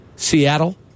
Seattle